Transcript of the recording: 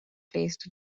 placed